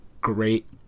great